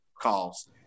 calls